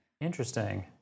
Interesting